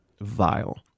vile